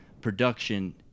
production